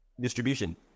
distribution